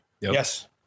Yes